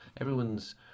everyone's